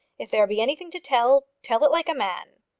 if there be anything to tell, tell it like a man.